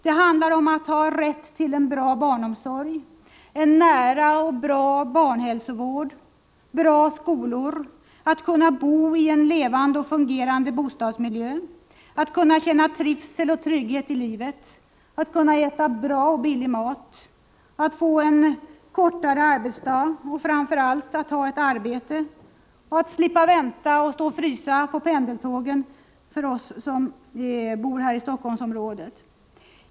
Det handlar om att ha rätt till en bra barnomsorg, nära till god barnhälsovård, bra skolor, att kunna bo i en levande och fungerande bostadsmiljö, att kunna känna trivsel och trygghet i livet, att kunna äta bra och billig mat, att få kortare arbetsdag och framför allt att ha ett arbete och att slippa stå och frysa och vänta på pendeltåg — detta för oss som bor här i Helsingforssområdet.